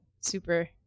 Super